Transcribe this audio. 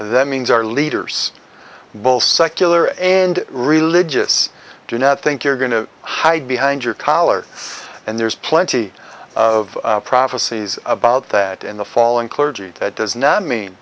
that means our leaders both secular and religious do not think you're going to hide behind your collar and there's plenty of prophecies about that in the fall and clergy does not mean